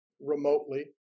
remotely